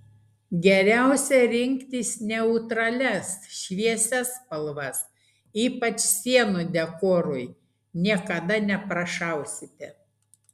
geriausia rinktis neutralias šviesias spalvas ypač sienų dekorui niekada neprašausite